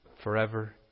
forever